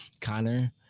Connor